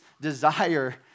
desire